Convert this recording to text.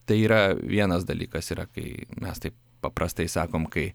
tai yra vienas dalykas yra kai mes taip paprastai sakom kai